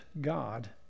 God